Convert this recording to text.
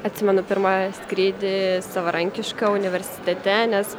atsimenu pirmą skrydį savarankišką universitete nes